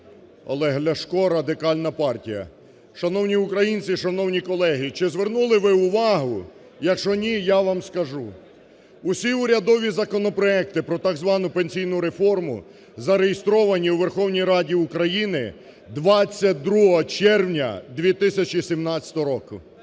Олег Ляшко, Радикальна партія. Шановні українці, шановні колеги, чи звернули ви увагу, якщо ні, я вам скажу. Усі урядові законопроекти про так звану пенсійну реформу зареєстровані у Верховній Раді України 22 червня 2017 року.